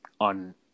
on